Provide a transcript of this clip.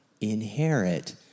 inherit